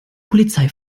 polizei